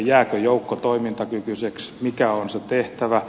jääkö joukko toimintakykyiseksi mikä on sen tehtävä